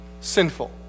sinful